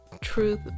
truth